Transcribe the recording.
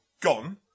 gone